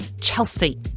Chelsea